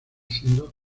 siendo